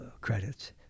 credits